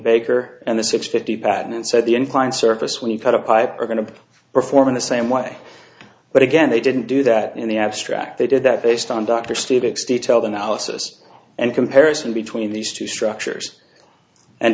baker and the six fifty patent said the inclined surface when you cut a pipe are going to perform in the same way but again they didn't do that in the abstract they did that based on dr steve expelled analysis and comparison between these two structures and